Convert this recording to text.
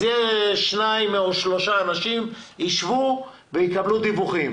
שניים או שלושה אנשים ישבו ויקבלו דיווחים,